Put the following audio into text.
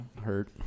hurt